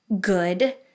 good